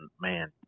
man